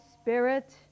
Spirit